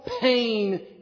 pain